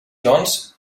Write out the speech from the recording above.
doncs